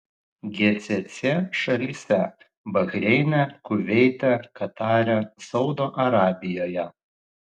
gcc šalyse bahreine kuveite katare saudo arabijoje